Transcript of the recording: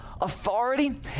authority